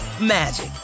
magic